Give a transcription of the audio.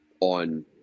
on